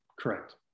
Correct